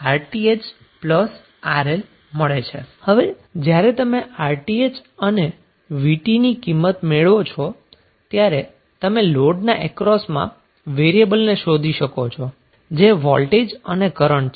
હવે જ્યારે તમે RTh અને VT ની કિંમત મેળવો છો ત્યારે તમે લોડના અક્રોસમાં વેરીએબલને શોધી શકો છો જે વોલ્ટેજ અને કરન્ટ છે